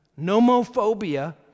nomophobia